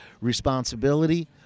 responsibility